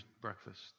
breakfast